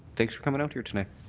thanks for coming out here tonight.